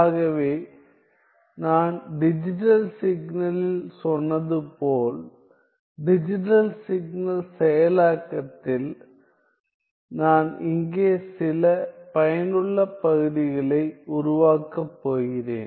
ஆகவே நான் டிஜிட்டல் சிக்னலில் சொன்னது போல் டிஜிட்டல் சிக்னல் செயலாக்கத்தில் நான் இங்கே சில பயனுள்ள பகுதிகளை உருவாக்கப் போகிறேன்